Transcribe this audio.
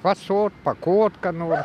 pasukt pakurt ką nors